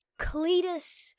Cletus